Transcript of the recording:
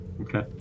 Okay